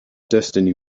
destiny